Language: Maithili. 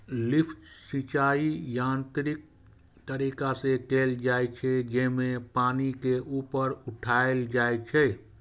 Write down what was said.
लिफ्ट सिंचाइ यांत्रिक तरीका से कैल जाइ छै, जेमे पानि के ऊपर उठाएल जाइ छै